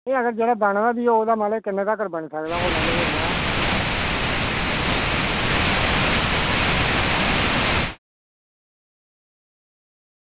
अगर जेह्का बने दा बी होग ते मतलब किन्ने तक बनी सकदा कि इन्ना